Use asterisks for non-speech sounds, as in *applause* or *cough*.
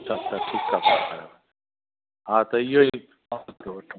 अच्छा अच्छा ठीकु आहे ठीकु आहे हा त इहो ई *unintelligible* वठूं